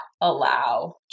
allow